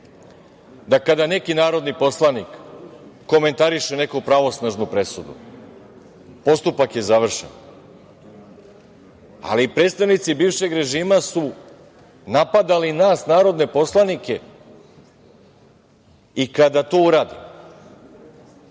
da kada neki narodni poslanik komentariše neku pravosnažnu presudu, postupak je završen, ali predstavnici bivšeg režima su napadali nas narodne poslanike i kada to urade. Znate